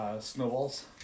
Snowballs